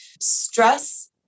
Stress